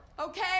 Okay